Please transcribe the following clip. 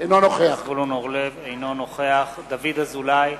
אינו נוכח דוד אזולאי,